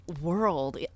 world